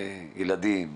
ילדים,